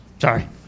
Sorry